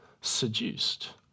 seduced